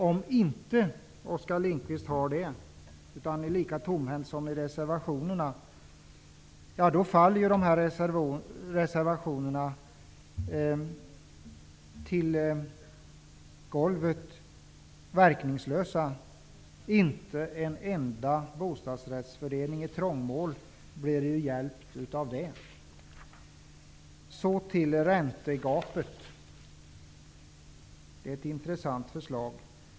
Om Oskar Lindkvist inte har det, utan är tomhänt, faller reservationerna till golvet som helt verkningslösa. Inte en enda bostadsrättsförening i trångmål blir hjälpt av det. Jag går därmed över till räntegapet.